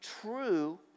true